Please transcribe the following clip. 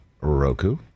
roku